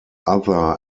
other